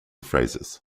phrases